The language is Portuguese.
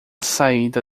saída